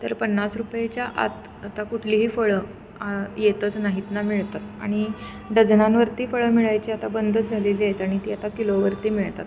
तर पन्नास रुपयेच्या आत आता कुठलीही फळं येतच नाहीत ना मिळतात आणि डझनांवरती फळं मिळायची आता बंदच झालेली आहेत आहेत आणि ती आता किलोवरती मिळतात